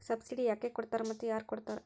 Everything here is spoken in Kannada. ಸಬ್ಸಿಡಿ ಯಾಕೆ ಕೊಡ್ತಾರ ಮತ್ತು ಯಾರ್ ಕೊಡ್ತಾರ್?